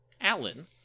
Alan